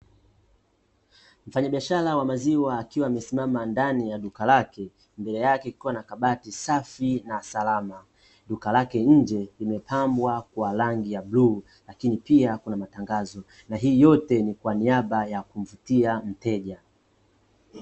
Mfanyabiashara wa maziwa akiwa amesimama ndani ya duka lake, mbele yake kukiwa na kabati safi na salama. Duka lake nje limepambwa kwa rangi ya bluu, lakini pia kuna matangazo, na hii yote ni kwa niaba ya kumvutia mteja.